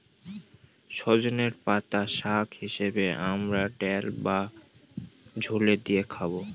সজনের পাতা শাক হিসেবে আমরা ডাল বা ঝোলে দিয়ে খাবো